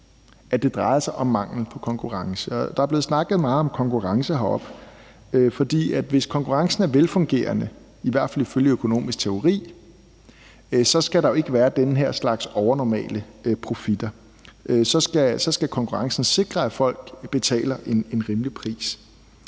at det drejer sig om mangel på konkurrence. Der er blevet snakket meget om konkurrence heroppe, for hvis konkurrencen er velfungerende, i hvert fald ifølge økonomisk teori, skal der jo ikke være den her slags overnormale profitter, så skal konkurrencen sikre, at folk betaler en rimelig pris.